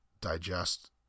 digest